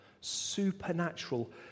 supernatural